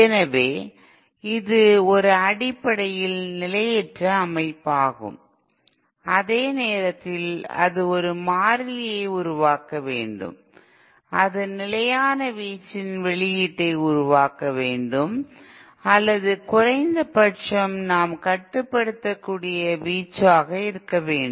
எனவே இது ஒரு அடிப்படையில் நிலையற்ற அமைப்பாகும் அதே நேரத்தில் அது ஒரு மாறிலியை உருவாக்க வேண்டும் அது நிலையான வீச்சின் வெளியீட்டை உருவாக்க வேண்டும் அல்லது குறைந்தபட்சம் நாம் கட்டுப்படுத்தக்கூடிய வீச்சு ஆக இருக்க வேண்டும்